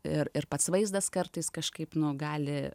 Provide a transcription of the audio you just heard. ir ir pats vaizdas kartais kažkaip nu gali